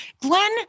Glenn